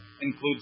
includes